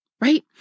right